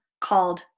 called